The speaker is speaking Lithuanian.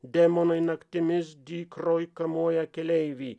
demonai naktimis dykroj kamuoja keleivį